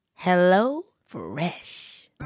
HelloFresh